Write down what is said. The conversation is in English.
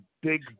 big